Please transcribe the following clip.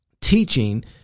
teaching